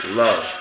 love